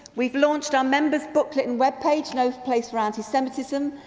we've launched our members' booklet and web page, no place for anti-semitism,